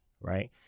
right